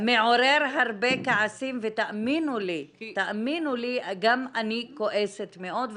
שמעורר הרבה כעסים ותאמינו לי שגם אני כועסת מאוד,